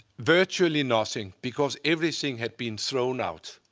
virtually nothing because everything had been thrown out.